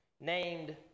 named